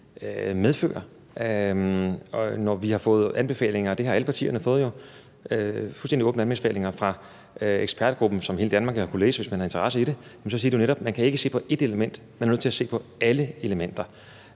som vi har fået – det har alle partierne jo fået, og det er fuldstændig åbne anbefalinger fra ekspertgruppen, som hele Danmark har kunnet læse, hvis man har haft interesse i det – siger de jo netop, at man ikke kan se på ét element, man er nødt til at se på alle elementer.